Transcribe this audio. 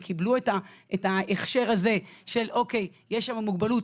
הם קיבלו את ההכשר הזה שיש להם מוגבלות